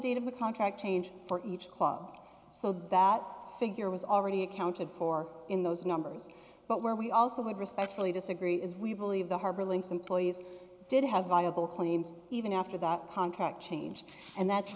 date of the contract change for each club so that figure was already accounted for in those numbers but where we also would respectfully disagree is we believe the harbor links employees did have viable claims even after that contract changed and that's